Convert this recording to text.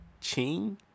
Ching